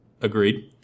Agreed